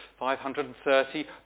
530